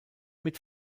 mit